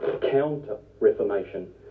counter-Reformation